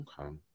Okay